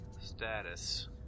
status